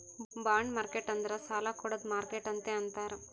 bond market ಅಂದುರ್ ಸಾಲಾ ಕೊಡ್ಡದ್ ಮಾರ್ಕೆಟ್ ಅಂತೆ ಅಂತಾರ್